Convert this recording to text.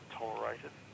tolerated